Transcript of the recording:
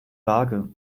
waage